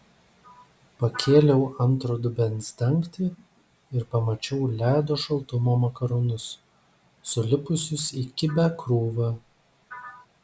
pakėliau antro dubens dangtį ir pamačiau ledo šaltumo makaronus sulipusius į kibią krūvą